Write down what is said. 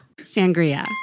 sangria